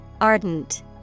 Ardent